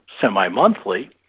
semi-monthly